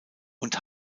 und